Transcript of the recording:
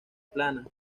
plana